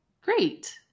Great